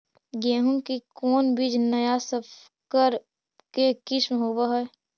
गेहू की कोन बीज नया सकर के किस्म होब हय?